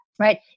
Right